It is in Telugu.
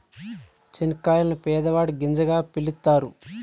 చనిక్కాయలను పేదవాడి గింజగా పిలుత్తారు